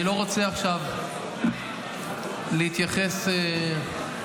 אני לא רוצה עכשיו להתייחס ספציפית,